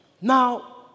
Now